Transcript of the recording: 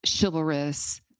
chivalrous